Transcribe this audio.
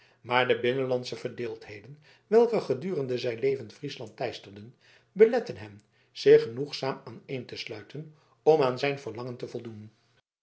maar de binnenlandsche verdeeldheden welke gedurende zijn leven friesland teisterden beletteden hen zich genoegzaam aaneen te sluiten om aan zijn verlangen te voldoen